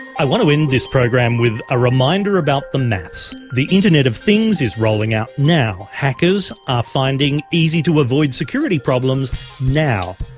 i want to end this program with a reminder about the maths. the internet of things is rolling out now. hackers are finding easy-to-avoid security problems now.